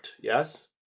yes